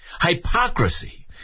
Hypocrisy